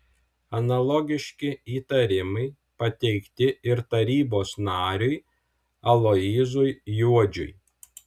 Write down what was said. analogiški įtarimai pateikti ir tarybos nariui aloyzui juodžiui